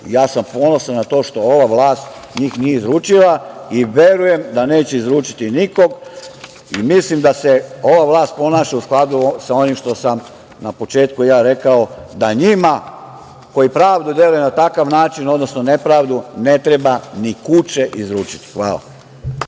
Ja sam ponosan na to što ova vlast njih nije izručila i verujem da neće izručiti nikog i mislim da se ova vlast ponaša u skladu sa onim što sam na početku rekao, da njima koji pravdu dele na takav način, odnosno nepravdu, ne treba ni kuče izručiti. Hvala.